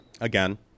Again